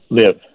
live